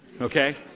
Okay